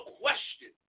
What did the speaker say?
question